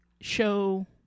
show